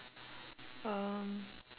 um